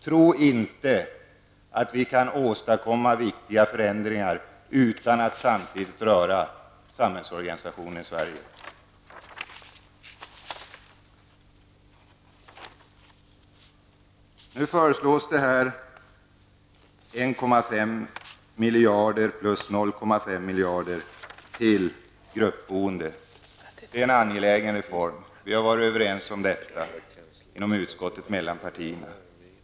Tro inte att vi kan åstadkomma viktiga förändringar utan att samtidigt beröra samhällsorganisationen i vårt land! Det föreslås här 1,5 miljarder plus 0,5 miljarder för gruppboende. Vi har mellan partierna i utskottet varit överens om att detta är en angelägen reform.